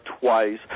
twice